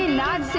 not